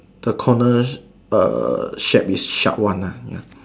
the corners uh shape is sharp one ah ya